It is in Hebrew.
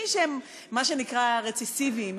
מי שהם מה שנקרא רצידיביסטים,